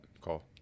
call